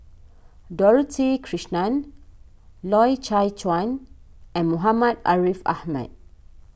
Dorothy Krishnan Loy Chye Chuan and Muhammad Ariff Ahmad